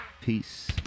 Peace